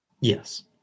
Yes